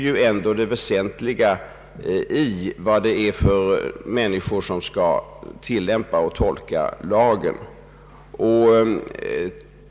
Det väsentliga ligger i vad det är för människor som skall tillämpa och tolka lagen.